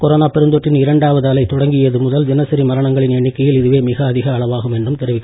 corona பேர் பெருந்தொற்றின் இரண்டாவது அலை தொடங்கிய முதல் தினசரி மரணங்களின் எண்ணிக்கையில் இதுவே மிக அதிக அளவாகும் என்றும் தெரிவிக்கப்பட்டுள்ளது